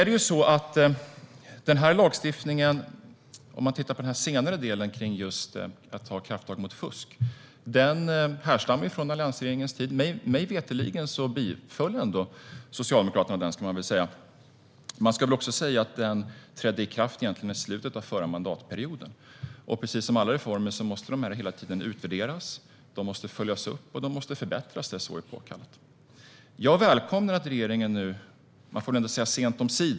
Den senare delen av lagstiftningen om att ta krafttag mot fusk härstammar ju från alliansregeringens tid, och mig veterligen stod Socialdemokraterna bakom den. Lagstiftningen trädde i kraft i slutet av förra mandatperioden. Precis som alla reformer måste den hela tiden utvärderas. Den måste följas upp och förbättras när så är påkallat.